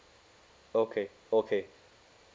okay okay